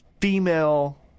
female